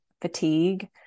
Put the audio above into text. fatigue